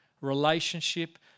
relationship